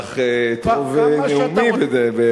אצלנו בבית ישבו.